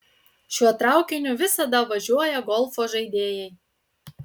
šiuo traukiniu visada važiuoja golfo žaidėjai